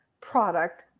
product